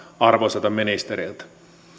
arvoisalta ministeriltä